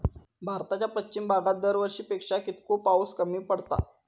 भारताच्या पश्चिम भागात दरवर्षी पेक्षा कीतको पाऊस कमी पडता?